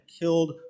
killed